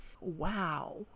Wow